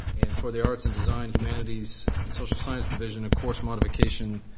and for the arts and design humanities and social science division, a course modification